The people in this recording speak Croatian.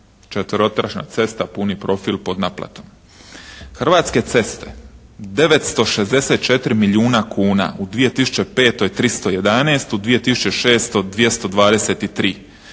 četverotračna cesta, puni profil pod naplatom. Hrvatske ceste 964 milijuna kuna u 2005. 311, u 2006. 223.